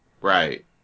right